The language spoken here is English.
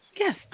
Yes